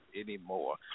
anymore